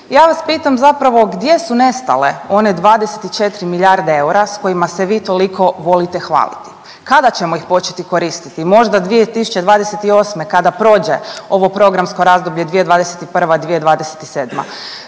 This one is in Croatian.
Ja vas pitam zapravo gdje su nestale one 24 milijarde eura s kojima se vi toliko volite hvaliti? Kada ćemo ih početi koristiti? Možda 2028. kada prođe ovo programsko razdoblje 2021.-2027.